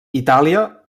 itàlia